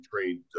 trained